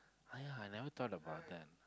ah yeah I never thought about that